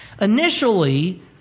Initially